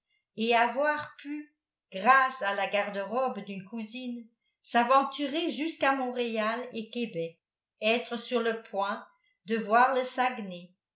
et avoir pu grâce à la garde-robe d'une cousine s'aventurer jusqu'à montréal et québec être sur le point de voir le saguenay